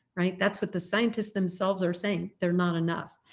right? that's what the scientists themselves are saying. they're not enough.